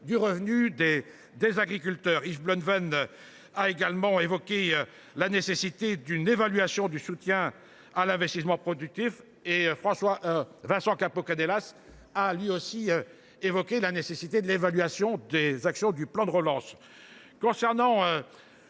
du revenu des agriculteurs. Yves Bleunven a rappelé la nécessité d’une évaluation du soutien à l’investissement productif. Vincent Capo Canellas a souligné la nécessité de l’évaluation des actions du plan de relance.